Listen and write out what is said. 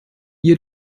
ihr